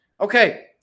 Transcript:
Okay